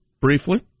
briefly